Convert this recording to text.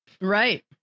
Right